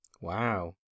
Wow